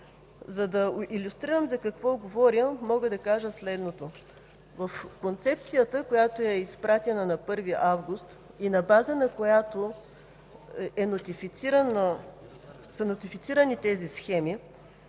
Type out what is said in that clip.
За да илюстрирам за какво говоря, мога да кажа следното: в концепцията, която е изпратена на 1 август, и на база на която са нотифицирани тези схеми,